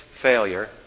failure